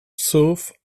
sauf